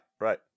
right